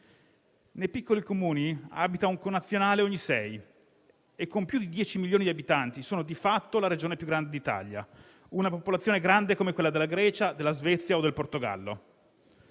Nei piccoli Comuni abita un connazionale ogni sei e, con più di 10 milioni di abitanti, si tratta di fatto della Regione più grande d'Italia: una popolazione grande come quella della Grecia, della Svezia o del Portogallo.